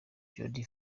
jody